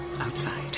outside